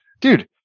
dude